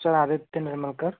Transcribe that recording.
sir Aditya Mahima का